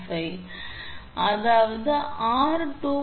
5 அதாவது ஆர் 2